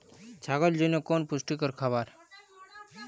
ছাগলের জন্য কোনটি পুষ্টিকর খাবার?